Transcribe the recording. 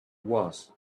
was